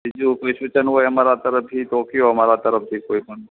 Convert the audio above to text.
બીજું કોઈ સૂચન હોય અમારા તરફથી તો કહો અમારા તરફથી કોઇપણ